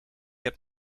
heb